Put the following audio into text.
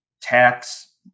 tax